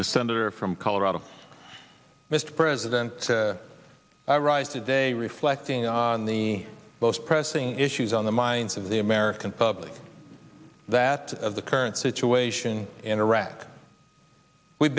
the senator from colorado mr president i rise today reflecting on the most pressing issues on the minds of the american public that of the current situation in iraq we've